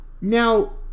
Now